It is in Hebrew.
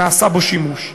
נעשה בו שימוש.